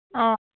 অঁ